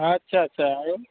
আচ্ছা আচ্ছা